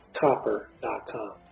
copper.com